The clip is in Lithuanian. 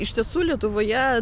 iš tiesų lietuvoje